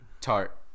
Tart